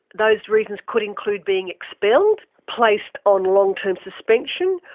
those reasons could include being expelled, placed on long-term suspension,